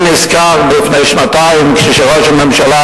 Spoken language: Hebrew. אני נזכר שלפני שנתיים ראש הממשלה